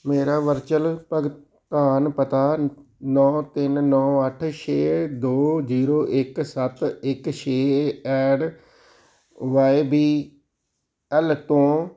ਮੇਰਾ ਵਰਚੁਅਲ ਭੁਗਤਾਨ ਪਤਾ ਨੌਂ ਤਿੰਨ ਨੌਂ ਅੱਠ ਛੇ ਦੋ ਜੀਰੋ ਇੱਕ ਸੱਤ ਇੱਕ ਛੇ ਐਟ ਵਾਈ ਬੀ ਐਲ ਤੋਂ